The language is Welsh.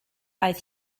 aeth